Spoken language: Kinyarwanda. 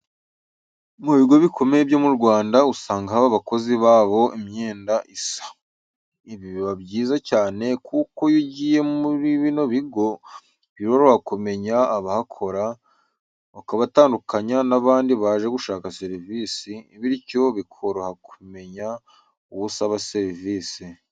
Mu bigo bikomeye byo mu Rwanda usanga baha abakozi babo imyenda isa, ibi biba byiza cyane kuko iyo ugiye muri bino bigo biroroha kumenya abahakora ukabatandukanya n'abandi baje gushaka serivisi, bityo bikoroha kumenya uwo usaba serivisi.